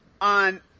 on